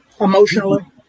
Emotionally